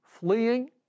Fleeing